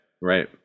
right